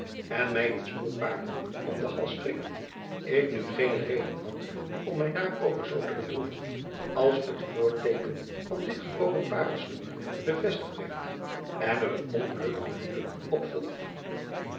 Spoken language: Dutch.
en mij dit snoer paarlen om den hals strikken ik nu geene reden had om mij daarover zoo te bedroeven als het voorteeken van dit gebroken paarlsnoer bevestigd werd en er een ongelukkig huwelijk op volgde